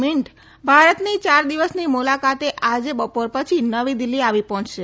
મીયન્ટ ભારતની ચાર દિવસની મુલાકાતે આજે બપોરે પછી નવી દિલ્હી આવી પહોંચશે